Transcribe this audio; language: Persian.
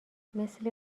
مثل